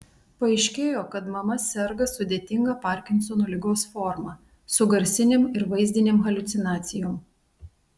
paaiškėjo kad mama serga sudėtinga parkinsono ligos forma su garsinėm ir vaizdinėm haliucinacijom